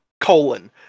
colon